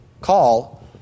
call